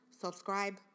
subscribe